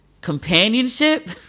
companionship